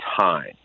time